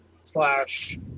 slash